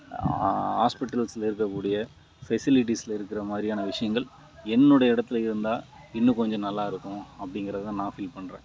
ஹாஸ்பிட்டல்ஸில் இருக்கக்கூடிய ஸ்பெஸிலிட்டிஸில் இருக்கிற மாதிரியான விஷயங்கள் என்னுடைய இடத்தில் இருந்தால் இன்னும் கொஞ்சம் நல்லாயிருக்கும் அப்படிங்குறது தான் நான் ஃபீல் பண்ணுறேன்